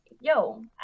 yo